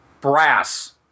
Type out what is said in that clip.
Brass